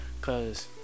Cause